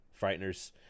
Frighteners